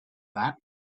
that